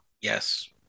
Yes